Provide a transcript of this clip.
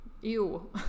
Ew